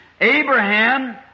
Abraham